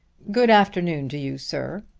good afternoon to you, sir.